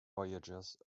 voyagers